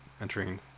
entering